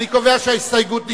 מי נמנע?